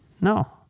No